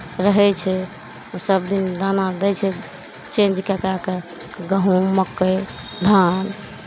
रहै छै सभ दिन दाना दै छै चेंज कए कए कऽ गहुम मक्कइ धान